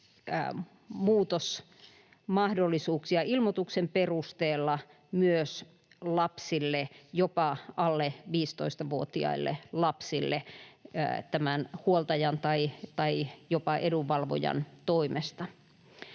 muutosmahdollisuuksia ilmoituksen perusteella myös lapsille, jopa alle 15-vuotiaille lapsille, huoltajan tai jopa edunvalvojan toimesta.